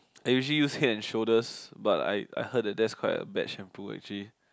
I usually use head and shoulders but I I heard that that's quite a bad shampoo actually